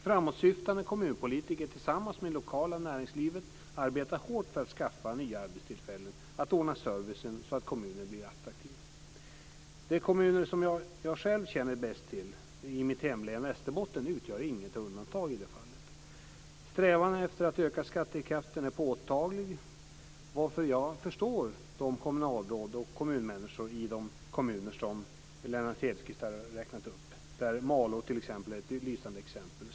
Framåtsyftande kommunpolitiker tillsammans med lokala näringslivet arbetar hårt för att skaffa fram nya arbetstillfällen och att ordna servicen så att kommunen blir attraktiv. De kommuner som jag själv känner bäst till i mitt hemlän Västerbotten utgör inget undantag. Strävan efter att öka skattekraften är påtaglig, och jag förstår de kommunalråd och kommunmänniskor i de kommuner som Lennart Hedquist har räknat upp. Malå är ett lysande exempel.